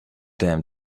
them